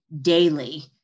daily